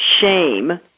shame